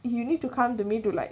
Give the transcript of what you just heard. you need to come to me to like